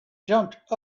jumped